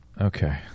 okay